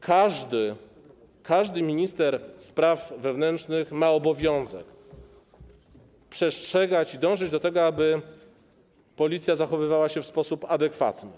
Każdy minister spraw wewnętrznych ma obowiązek przestrzegać, dążyć do tego, aby policja zachowywała się w sposób adekwatny.